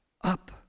up